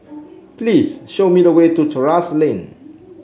please show me the way to Terrasse Lane